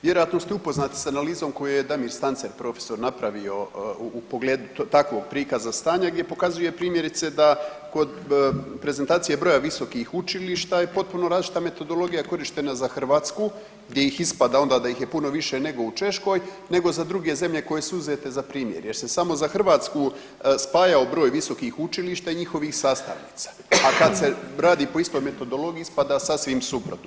Vjerojatno ste upoznati sa analizom koju je Damir Stance profesor napravio u pogledu takvog prikaza stanja gdje pokazuje primjerice da kod prezentacije broja visokih učilišta je potpuno različita metodologija korištena za Hrvatsku gdje ih ispada onda da ih je puno više nego u Češkoj nego za druge zemlje koje su uzete za primjer jer se samo za Hrvatsku spajao broj visokih učilišta i njihovih sastavnica, a kad se radi po istoj metodologiji ispada sasvim suprotno.